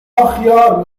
خیار